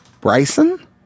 Bryson